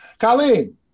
Colleen